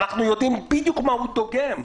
אנחנו יודעים בדיוק מה הוא דוגם.